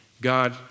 God